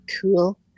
cool